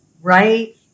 right